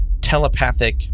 telepathic